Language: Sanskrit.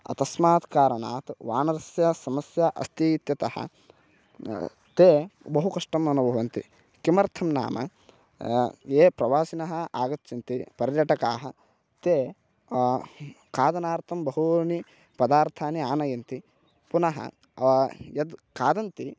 अतः तस्मात् कारणात् वानरस्य समस्या अस्तीत्यतः ते बहु कष्टम् अनुभवन्ति किमर्थं नाम ये प्रवासिनः आगच्छन्ति पर्यटकाः ते खादनार्थं बहूनि पदार्थानि आनयन्ति पुनः यद् खादन्ति